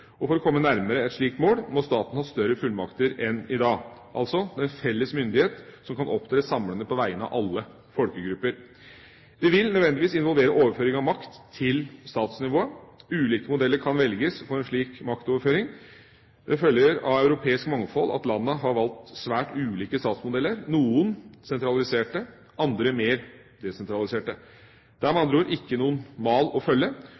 For å komme nærmere et slikt mål må staten ha større fullmakter enn i dag – altså den felles myndighet som kan opptre samlende på vegne av alle folkegrupper. Det vil nødvendigvis involvere overføring av makt til statsnivået. Ulike modeller kan velges for en slik maktoverføring. Det følger av europeisk mangfold at landene har valgt svært ulike statsmodeller – noen sentraliserte, andre mer desentraliserte. Det er med andre ord ikke noen mal å følge,